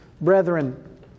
brethren